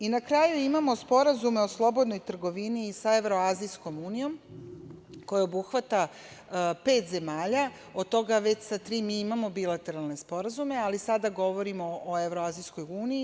I na kraju imamo sporazume o slobodnoj trgovini sa Evroazijskom unijom koja obuhvata pet zemalja, od toga već sa tri mi imamo bilateralne sporazume, ali sada govorimo o Evroaizijskoj uniji.